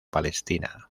palestina